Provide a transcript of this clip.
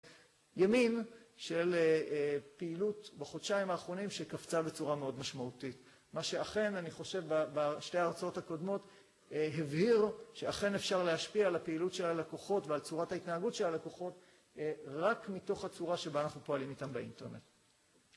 ימין של פעילות בחודשיים האחרונים שקפצה בצורה מאוד משמעותית. מה שאכן, אני חושב, בשתי ההרצאות הקודמות, הבהיר שאכן אפשר להשפיע על הפעילות של הלקוחות ועל צורת ההתנהגות של הלקוחות, רק מתוך הצורה שבה אנחנו פועלים איתם באינטרנט.